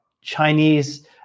Chinese